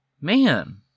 man